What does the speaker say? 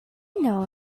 know